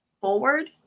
forward